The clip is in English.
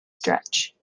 stretch